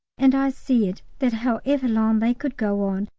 and i said that however long they could go on,